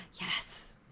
Yes